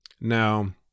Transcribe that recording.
Now